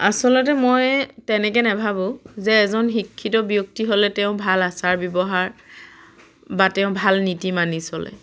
আচলতে মই তেনেকে নাভাবোঁ যে এজন শিক্ষিত ব্যক্তি হ'লে তেওঁ ভাল আচাৰ ব্যৱহাৰ বা তেওঁ ভাল নীতি মানি চলে